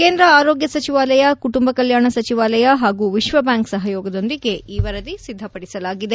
ಕೇಂದ್ರ ಆರೋಗ್ಯ ಸಚಿವಾಲಯ ಕುಟುಂಬ ಕಲ್ಯಾಣ ಸಚಿವಾಲಯ ಹಾಗೂ ವಿಶ್ವಬ್ಯಾಂಕ್ ಸಹಯೋಗದೊಂದಿಗೆ ಈ ವರದಿ ಸಿದ್ದಪಡಿಸಲಾಗಿದೆ